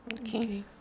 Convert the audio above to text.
Okay